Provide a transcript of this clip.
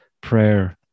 prayer